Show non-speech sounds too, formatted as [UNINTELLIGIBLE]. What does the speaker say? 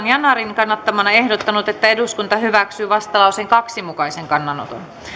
[UNINTELLIGIBLE] yanarin kannattamana ehdottanut että eduskunta hyväksyy vastalauseen kahden mukaisen kannanoton